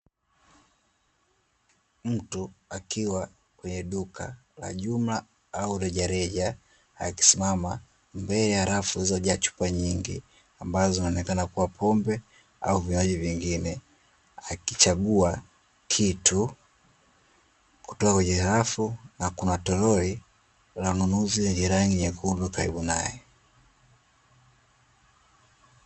Mtu akiwa kwenye duka la jumla au rejareja akisimama mbele ya rafu zilizojaa chupa nyingi ambazo zinaonekana kuwa pombe au vinywaji vingine, akichagua kitu kutoka kwenye rafu na kuna tolori la ununuzi lenye rangi nyekundu karibu nae.